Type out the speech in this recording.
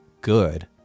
good